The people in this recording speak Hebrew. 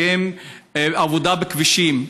כמו עבודה בכבישים.